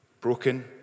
Broken